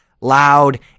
loud